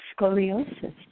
scoliosis